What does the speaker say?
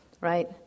right